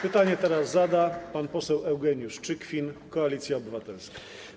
Pytanie teraz zada pan poseł Eugeniusz Czykwin, Koalicja Obywatelska.